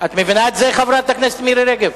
את מבינה את זה, חברת הכנסת מירי רגב?